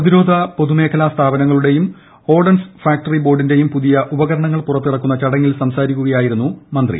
പ്രതിരോധ പൊതുമേഖലാ സ്ഥാപനങ്ങളുടെയും ഓർഡനൻസ് ഫാക്ടറി ബോർഡിന്റെയും പുതിയ ഉപകരണങ്ങൾ പുറത്തിറക്കുന്ന ചടങ്ങിൽ സംസാരിക്കുകയായിരുന്നു ശ്രീ